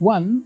One